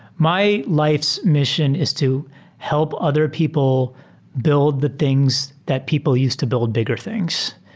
my life's mission is to help other people build the things that people use to build bigger things.